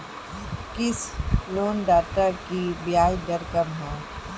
किस ऋणदाता की ब्याज दर कम है?